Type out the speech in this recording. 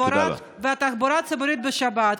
תחבורה ציבורית בשבת,